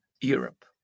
Europe